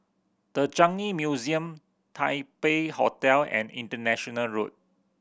The Changi Museum Taipei Hotel and International Road